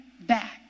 back